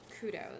Kudos